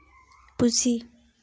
ᱯᱩᱥᱤ